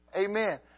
Amen